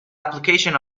application